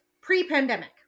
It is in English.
pre-pandemic